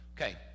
Okay